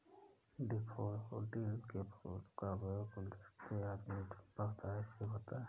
daffodil के फूलों का उपयोग गुलदस्ते आदि में बहुतायत से होता है